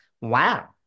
wow